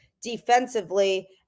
defensively